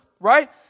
Right